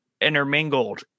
intermingled